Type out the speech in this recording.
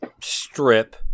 strip